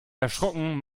erschrocken